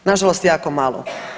Na žalost jako malo.